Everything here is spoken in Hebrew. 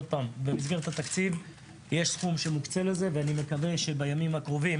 במסגרת התקציב יש סכום שמוקצה לזה ואני מקווה שבימים הקרובים